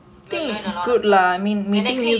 the next year you can join the if you want